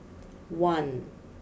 one